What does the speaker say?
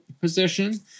position